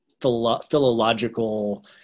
philological